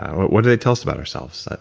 what what does it tells about ourselves?